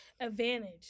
advantage